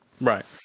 Right